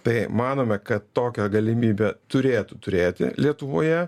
tai manome kad tokią galimybę turėtų turėti lietuvoje